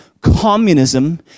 communism